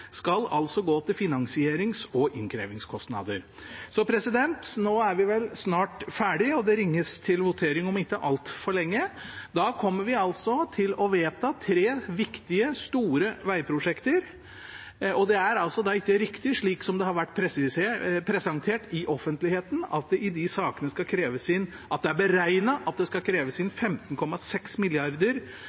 skal kreves inn i bompenger, og hele 2,3 mrd. kr skal altså gå til finansierings- og innkrevingskostnader. Nå er vi vel snart ferdig, og det ringes til votering om ikke altfor lenge. Da kommer vi til å vedta tre viktige, store vegprosjekter. Det er altså ikke riktig, slik det har vært presentert i offentligheten, at i de sakene er det beregnet at det skal kreves inn 15,6